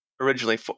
originally